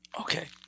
Okay